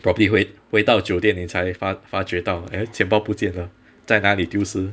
probably 回回到酒店你才发发觉到呃钱包不见了在哪里丢失